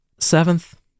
Seventh